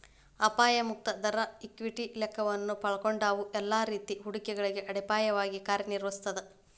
ಅಪಾಯ ಮುಕ್ತ ದರ ಈಕ್ವಿಟಿ ವೆಚ್ಚವನ್ನ ಒಲ್ಗೊಂಡಂಗ ಎಲ್ಲಾ ರೇತಿ ಹೂಡಿಕೆಗಳಿಗೆ ಅಡಿಪಾಯವಾಗಿ ಕಾರ್ಯನಿರ್ವಹಿಸ್ತದ